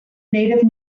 native